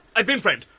i've been framed!